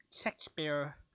Shakespeare